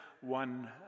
one